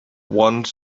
one